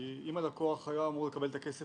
כי אם הלקוח היה אמור לקבל את הכסף